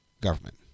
government